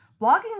blogging